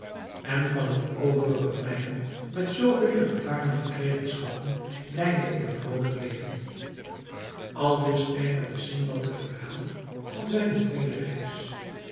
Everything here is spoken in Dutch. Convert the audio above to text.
en van het overige mijner met zoo vele gevaren verkregen schatten leidde ik een vrolijk leven aldus eindigde sindbad het verhaal van zijne tweede reis